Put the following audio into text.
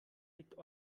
liegt